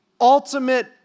ultimate